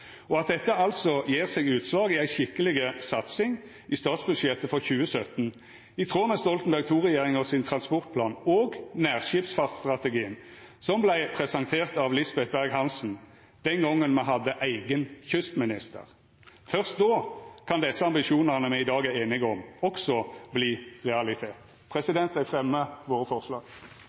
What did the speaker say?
og at dette altså gjev seg utslag i ei skikkeleg satsing i statsbudsjettet for 2017 i tråd med transportplanen frå Stoltenberg II-regjeringa og nærskipsfartsstrategien som vart presentert av Lisbeth Berg-Hansen den gongen me hadde eigen kystminister. Først då kan desse ambisjonane me i dag er einige om, også